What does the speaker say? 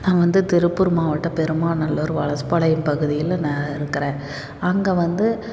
நான் வந்து திருப்பூர் மாவட்டம் பெருமாநல்லூர் வலசுப்பாளையம் பகுதியில் நான் இருக்கிறேன் அங்கே வந்து